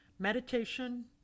meditation